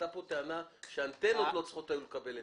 עלתה פה טענה שהאנטנות לא צריכות היו לקבל היתר.